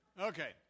okay